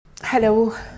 Hello